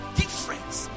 difference